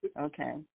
Okay